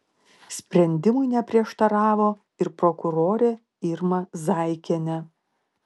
sprendimui neprieštaravo ir prokurorė irma zaikienė